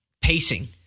pacing